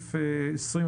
לסעיף 24,